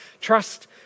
trust